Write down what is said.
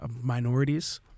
minorities